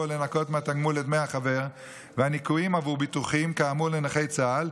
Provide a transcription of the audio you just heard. לנכות מהתגמול את דמי החבר והניכויים בעבור ביטוחים לנכי צה"ל,